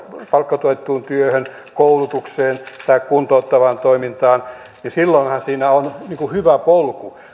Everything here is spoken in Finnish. palkkatuettuun työhön koulutukseen tai kuntouttavaan toimintaan niin silloinhan siinä on hyvä polku